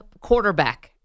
quarterback